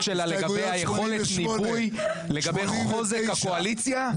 שלה לגבי יכולת הניבוי לגבי חוזק הקואליציה,